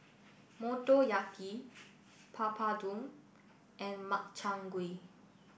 Motoyaki Papadum and Makchang Gui